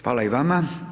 Hvala i vama.